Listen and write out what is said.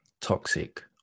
toxic